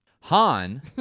Han